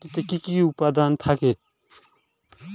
মাটিতে কি কি উপাদান থাকে?